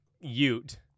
ute